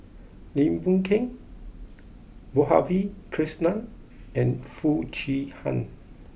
Lim Boon Keng Madhavi Krishnan and Foo Chee Han